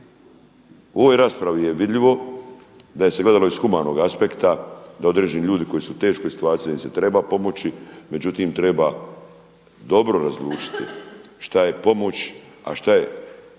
U ovoj raspravi je vidljivo da se gledalo iz humanog aspekta da određeni ljudi koji su u teškoj situaciji da im se treba pomoći. Međutim, treba dobro razlučiti šta je pomoć, a šta je